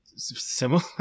similar